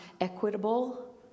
equitable